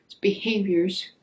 behaviors